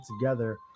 together